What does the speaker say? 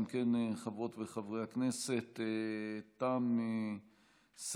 אם כן, חברות וחברי הכנסת, תם סדר-היום.